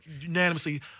unanimously